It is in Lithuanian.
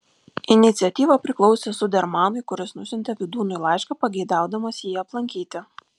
iniciatyva priklausė zudermanui kuris nusiuntė vydūnui laišką pageidaudamas jį aplankyti